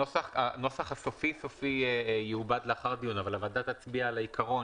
הנוסח הסופי-סופי יעובד לאחר הדיון אבל הוועדה תצביע על העיקרון